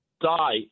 die